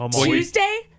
Tuesday